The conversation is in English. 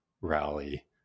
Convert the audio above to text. rally